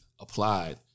applied